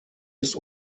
ist